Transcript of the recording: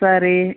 சரி